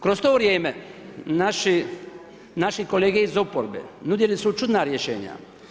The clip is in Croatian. Kroz to vrijeme, naši kolege iz oporbe nudili su čudna rješenja.